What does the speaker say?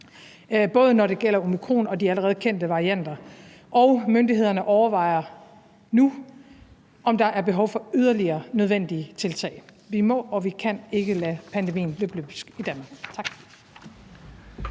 både når det gælder omikron og de allerede kendte varianter. Og myndighederne overvejer nu, om der er behov for yderligere nødvendige tiltag. Vi må og vi kan ikke lade pandemien løbe løbsk i Danmark. Tak.